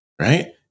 right